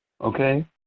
Okay